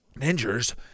ninjas